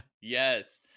Yes